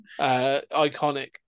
iconic